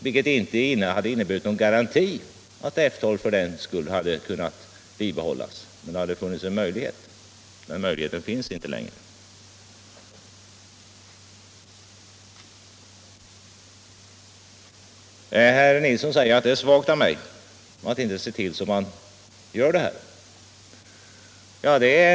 Detta hade inte inneburit någon garanti för att F 12 hade kunnat bibehållas, men det hade funnits en möjlighet. Den möjligheten finns inte längre. Herr Nilsson säger att det är svagt av mig att inte se till att man kan behålla flygflottiljen.